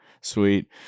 Sweet